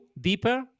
deeper